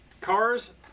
Cars